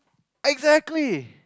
exactly